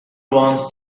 wants